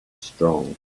strong